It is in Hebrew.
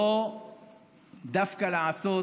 לא דווקא לעשות,